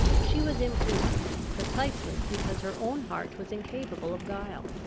she was imprudent, precisely because her own heart was incapable of guile.